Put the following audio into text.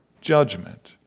judgment